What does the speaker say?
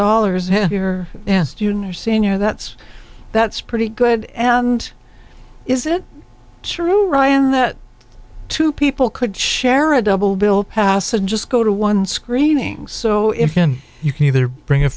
dollars here and student or senior that's that's pretty good and is it true ryan that two people could share a double bill pass and just go to one screenings so you can either bring a